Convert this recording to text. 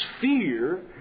fear